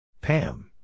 Pam